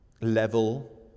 level